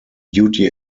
duty